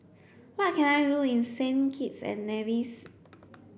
what can I do in Saint Kitts and Nevis